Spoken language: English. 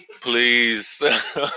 Please